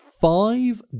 Five